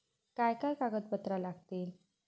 काय काय कागदपत्रा लागतील?